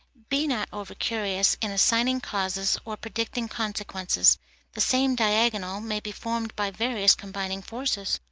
be not over-curious in assigning causes or predicting consequences the same diagonal may be formed by various combining forces.